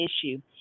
issue